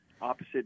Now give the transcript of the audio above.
opposite